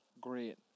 great